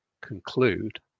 conclude